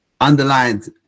underlined